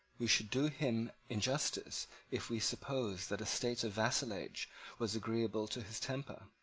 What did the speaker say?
we should do him injustice if we supposed that a state of vassalage was agreeable to his temper.